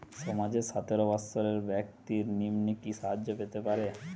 সমাজের সতেরো বৎসরের ব্যাক্তির নিম্নে কি সাহায্য পেতে পারে?